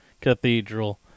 cathedral